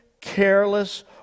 careless